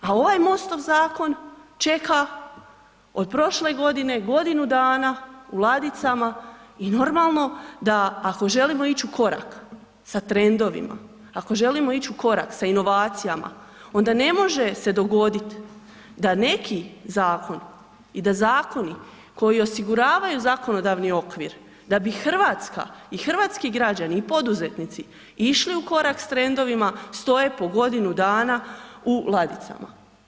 A ovaj MOST-ov zakon čeka od prošle godine, godinu dana u ladicama i normalno da ako želimo ići u korak sa trendovima, ako želimo ići u korak sa inovacijama, onda ne može se dogoditi da neki zakon i da zakoni koji osiguravaju zakonodavni okvir, da bi Hrvatska i hrvatski građani i poduzetnici išli u korak s trendovima, stoje po godinu dana u ladicama.